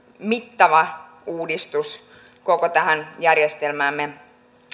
mittava uudistus koko tähän järjestelmäämme